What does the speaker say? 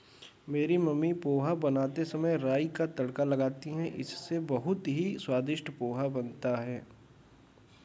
मेरी मम्मी पोहा बनाते समय राई का तड़का लगाती हैं इससे बहुत ही स्वादिष्ट पोहा बनता है